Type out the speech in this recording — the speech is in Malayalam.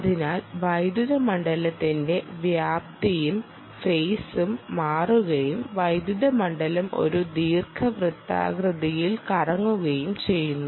അതിനാൽ വൈദ്യുത മണ്ഡലത്തിന്റെ വ്യാപ്തിയും ഫെയിസും മാറുകയും വൈദ്യുത മണ്ഡലം ഒരു ദീർഘവൃത്താകൃതിയിൽ കറങ്ങുകയും ചെയ്യുന്നു